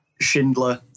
Schindler